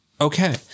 Okay